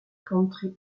country